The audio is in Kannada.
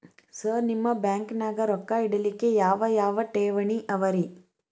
ಸರ್ ನಿಮ್ಮ ಬ್ಯಾಂಕನಾಗ ರೊಕ್ಕ ಇಡಲಿಕ್ಕೆ ಯಾವ್ ಯಾವ್ ಠೇವಣಿ ಅವ ರಿ?